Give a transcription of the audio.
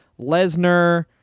Lesnar